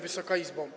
Wysoka Izbo!